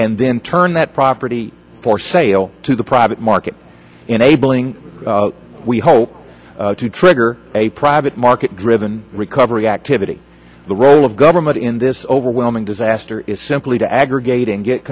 and then turn that property for sale to the private market enabling we hope to trigger a private market driven recovery activity the role of government in this overwhelming disaster is simply to aggregate and get